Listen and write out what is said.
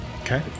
Okay